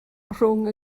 rhwng